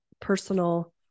personal